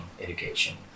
education